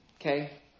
Okay